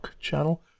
channel